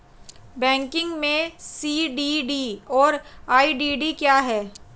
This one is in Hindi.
बैंकिंग में सी.डी.डी और ई.डी.डी क्या हैं?